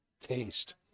taste